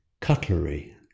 Cutlery